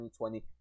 2020